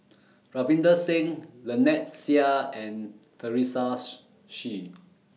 Ravinder Singh Lynnette Seah and Teresa Hsu